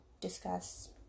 discuss